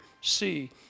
see